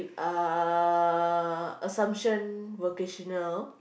uh assumption vocational